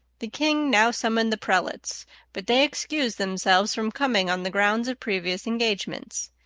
the king now summoned the prelates but they excused themselves from coming on the grounds of previous engagements.